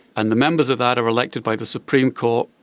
and the members of that are elected by the supreme court,